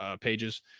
pages